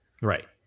Right